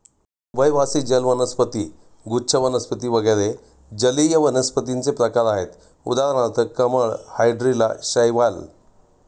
उभयवासी जल वनस्पती, गुच्छ वनस्पती वगैरे जलीय वनस्पतींचे प्रकार आहेत उदाहरणार्थ कमळ, हायड्रीला, शैवाल